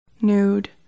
nude